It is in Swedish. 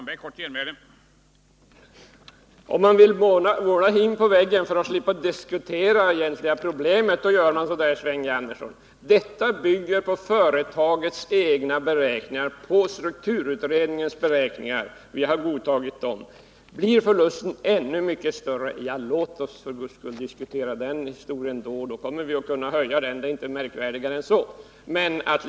Herr talman! Om man vill måla hin på väggen för att slippa diskutera det egentliga problemet, då gör man så där, Sven G. Andersson. Denna siffra bygger på företagets egna beräkningar och på strukturutredningens beräkningar; vi har godtagit dem. Blir förlusten ännu mycket större, låt oss för Guds skull diskutera den historien då. I så fall kommer vi att kunna höja beloppet — märkvärdigare är det inte.